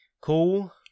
Cool